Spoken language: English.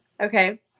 okay